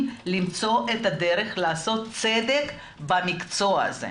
למצוא את הדרך לעשות צדק במקצוע הזה.